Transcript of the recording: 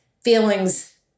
feelings